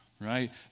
right